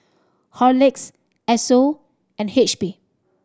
Horlicks Esso and H P